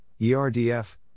ERDF